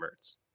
Mertz